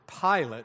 Pilate